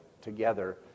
together